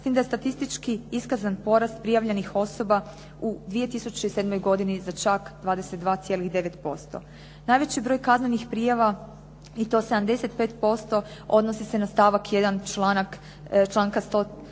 s tim da statistički iskazan porast prijavljenih osoba u 2007. godini za čak 22,9%. Najveći broj kaznenih prijava i to 75% odnosi se na stavak 1. članka 173.